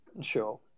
Sure